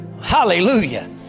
hallelujah